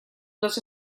dos